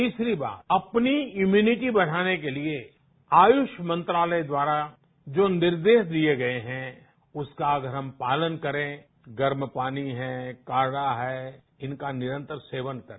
तिसरी बात अपनी इमिनिटी बधाने के लिये आयुष्य मंत्र्यालय द्यारा जो निर्देश दिये गये हे उसका अगर हम पालन करे गर्म पानी हे काढा हे इनका निरंतर सेवन करे